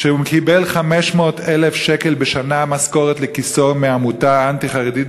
שהוא קיבל 500,000 שקל בשנה משכורת לכיסו מעמותה אנטי-חרדית